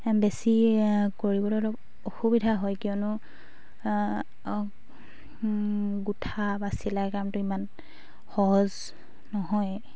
বেছি কৰিবলৈ অলপ অসুবিধা হয় কিয়নো গোঁঠা বা চিলাই কামটো ইমান সহজ নহয়